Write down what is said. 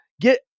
get